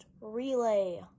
Relay